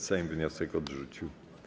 Sejm wniosek odrzucił.